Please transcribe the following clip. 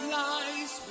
lies